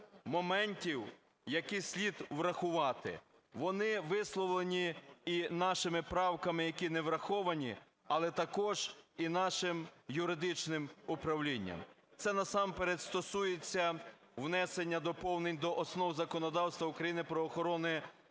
моментів, які слід врахувати. Вони висловлені і нашими правками, які не враховані, але також і нашим юридичним управлінням. Це насамперед стосується внесення доповнень до Основ законодавства України про охорону здоров'я,